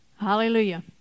Hallelujah